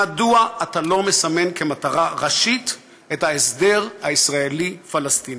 מדוע אתה לא מסמן כמטרה ראשית את ההסדר הישראלי פלסטיני?